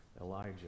Elijah